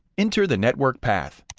enter the network path,